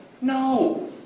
No